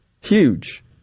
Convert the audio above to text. Huge